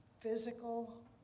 physical